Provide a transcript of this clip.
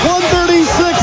136